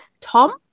Tom